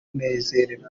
kunezerwa